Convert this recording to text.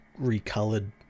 recolored